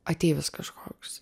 ateivis kažkoks